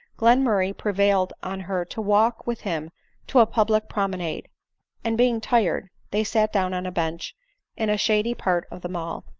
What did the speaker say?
glenmurray prevailed on her to walk with him to a public promenade and being tired, they sat down on a bench in a shady part of the mall.